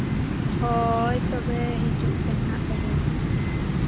ᱦᱳᱭ ᱛᱚᱵᱮ ᱦᱤᱡᱩᱜ ᱯᱮ ᱱᱟᱦᱟᱸᱜ ᱛᱚᱵᱮ